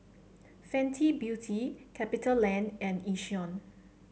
Fenty Beauty Capitaland and Yishion